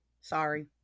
sorry